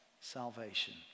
salvation